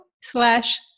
slash